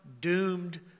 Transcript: doomed